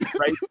Right